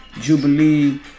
jubilee